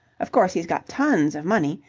of course, he's got tons of money.